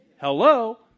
Hello